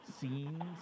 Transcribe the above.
scenes